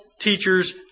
teachers